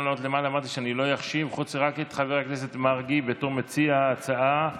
סעיפים 1 7 התקבלו תוצאות